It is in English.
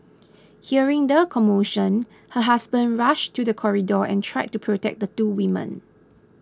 hearing the commotion her husband rushed to the corridor and tried to protect the two women